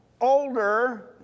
older